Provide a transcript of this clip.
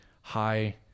High